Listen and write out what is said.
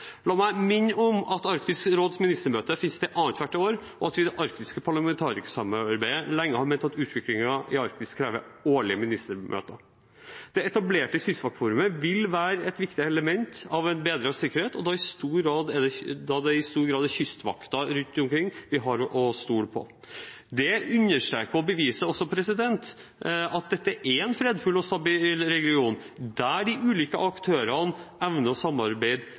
La meg minne om at Arktisk råds ministermøte finner sted annethvert år, og at vi i det arktiske parlamentarikersamarbeidet lenge har ment at utviklingen i Arktis krever årlige ministermøter. Det etablerte kystvaktforumet vil være et viktig element i en bedret sikkerhet, da det i stor grad er Kystvakten rundt omkring vi har å stole på. Det understreker og beviser også at dette er en fredfull og stabil region, der de ulike aktørene evner å samarbeide